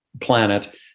planet